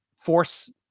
force